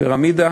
בפירמידה